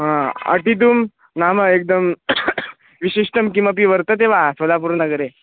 हा अटितुम् नाम एक्दं विशिष्टं किमपि वर्तते वा सोलापुरनगरे